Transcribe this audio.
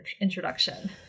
introduction